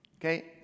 Okay